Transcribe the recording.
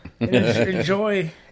enjoy